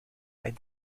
ein